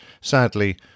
Sadly